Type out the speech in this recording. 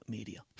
Media